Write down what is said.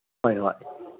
ꯍꯣꯏ ꯍꯣꯏ